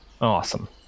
Awesome